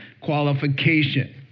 qualification